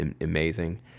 amazing